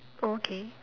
oh okay